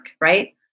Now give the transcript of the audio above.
right